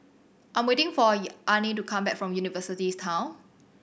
I'm waiting for Anahi to come back from University's Town